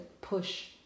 push